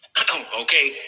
Okay